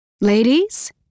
Ladies